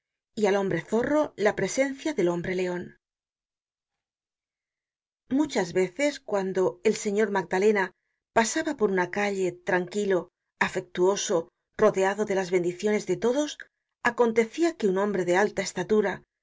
y al hombre zorro la presencia del hombre leon content from google book search generated at muchas veces cuando el señor magdalena pasaba por una calle tranquilo afectuoso rodeado de las bendiciones de todos acontecia que un hombre de alta estatura